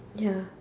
ya